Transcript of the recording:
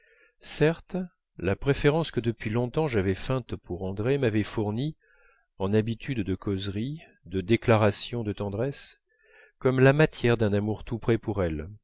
certes la préférence que depuis longtemps j'avais feinte pour andrée m'avait fourni en habitudes de causeries de déclarations de tendresse comme la matière d'un amour tout prêt pour elle